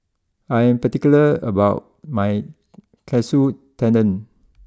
I am particular about my Katsu Tendon